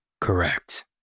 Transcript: Correct